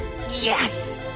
Yes